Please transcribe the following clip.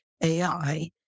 AI